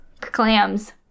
Clams